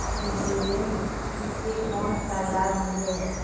Insurance इस से कोन सा लाभ मिले है?